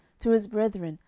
to his brethren,